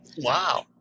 Wow